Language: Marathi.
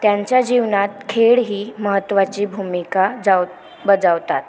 त्यांच्या जीवनात खेळ ही महत्त्वाची भूमिका जाव बजावतात